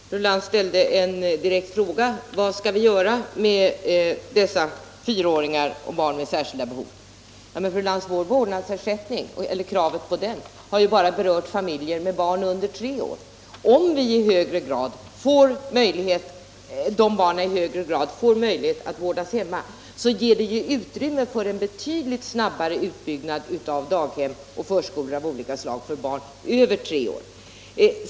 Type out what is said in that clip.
Herr talman! Fru Lantz ställde en direkt fråga: Vad skall vi göra med dessa fyraåringar och barn med särskilda behov? Men, fru Lantz, vårt krav på en vårdnadsersättning har ju bara berört familjer med barn under tre år. Om de barnen i högre grad får möjlighet att vårdas hemma, ger det utrymme för en betydligt snabbare utbyggnad av daghem och förskolor av olika slag för barn över tre år.